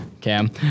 Cam